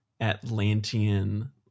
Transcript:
Atlantean